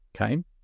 Okay